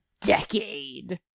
decade